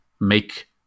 make